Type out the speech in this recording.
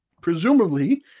presumably